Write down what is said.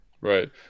Right